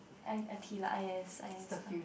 I I_T lah I_S I_S lah